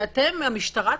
והמשטרה צריכה,